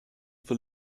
for